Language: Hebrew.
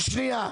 מצד אחד,